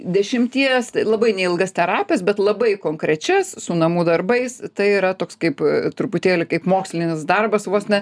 dešimties labai neilgas terapijas bet labai konkrečias su namų darbais tai yra toks kaip truputėlį kaip mokslinis darbas vos ne